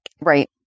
Right